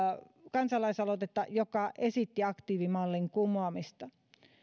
kansalaisaloitetta joka esitti aktiivimallin kumoamista